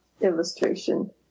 illustration